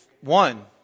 One